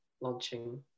launching